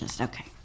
Okay